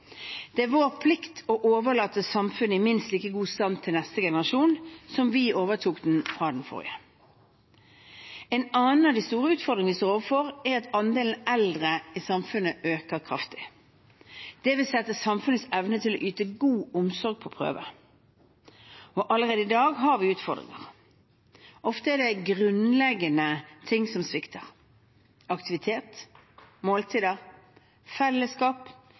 Det er vår plikt å overlate samfunnet i minst like god stand til neste generasjon som vi overtok det fra den forrige. En annen av de store utfordringene vi står overfor, er at andelen eldre i samfunnet øker kraftig. Det vil sette samfunnets evne til å yte god omsorg på prøve. Allerede i dag har vi utfordringer. Ofte er det grunnleggende ting som svikter: aktivitet, måltider, fellesskap,